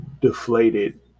deflated